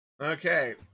Okay